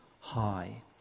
High